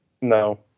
No